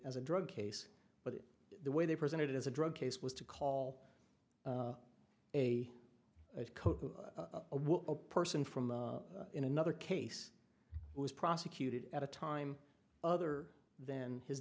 as a drug case but the way they presented it as a drug case was to call a coach a person from in another case was prosecuted at a time other than his